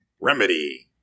Remedy